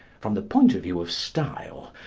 from the point of view of style,